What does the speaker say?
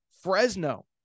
Fresno